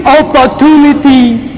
opportunities